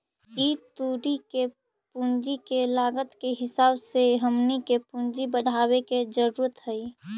ई तुरी के पूंजी के लागत के हिसाब से हमनी के पूंजी बढ़ाबे के जरूरत हई